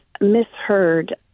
misheard